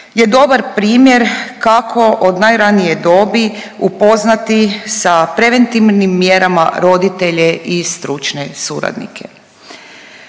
je dobar primjer kako od najranije dobi upoznati sa preventivnim mjerama roditelje i stručne suradnike.